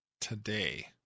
Today